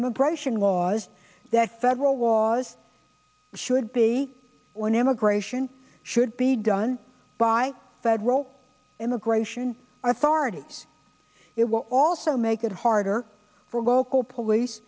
immigration laws that federal laws should be when immigration should be done by federal immigration authorities it will also make it harder for local police